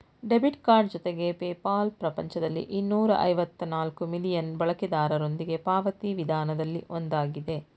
debit card ಜೊತೆಗೆ PayPal ಪ್ರಪಂಚದಲ್ಲಿ ಇನ್ನೂರ ಐವತ್ತ ನಾಲ್ಕ್ ಮಿಲಿಯನ್ ಬಳಕೆದಾರರೊಂದಿಗೆ ಪಾವತಿ ವಿಧಾನದಲ್ಲಿ ಒಂದಾಗಿದೆ